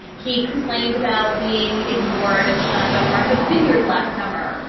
he complained about being ignored and shunned on martha's vineyard last summer.